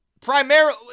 primarily